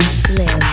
slim